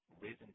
risen